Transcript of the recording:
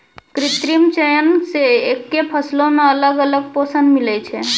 कृत्रिम चयन से एक्के फसलो मे अलग अलग पोषण मिलै छै